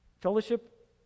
Fellowship